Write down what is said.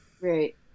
Right